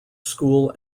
school